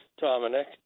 Dominic